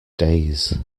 days